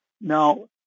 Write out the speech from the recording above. Now